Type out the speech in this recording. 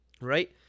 right